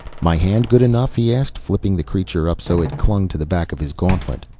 my hand good enough? he asked, flipping the creature up so it clung to the back of his gauntlet.